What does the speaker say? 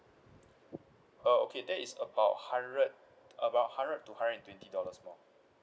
uh okay that is about hundred about hundred to hundred twenty dollars more